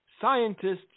scientists